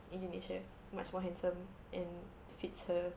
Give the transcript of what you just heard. indonesian much more handsome and fits her